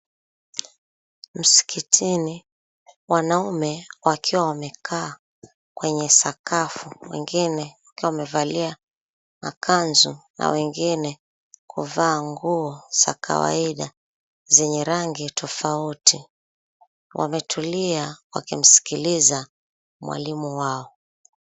Msikitini wanaume wakiwa wamekaa kwenye sakafu, wengine wakiwa wamevalia makanzu na wengine kuvaa nguo za kawaida zenye rangi tofauti, wametulia wakimsikiliza mwalimu wao.